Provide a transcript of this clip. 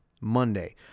monday